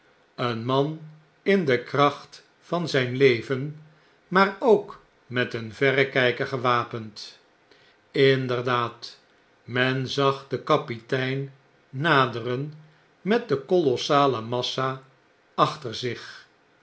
een man in de kracht van zijn leven maar ook met een verrekijker gewapend inderdaad men zag den kapitein naderen met de kolossale massa achterzicl wij